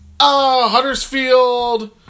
Huddersfield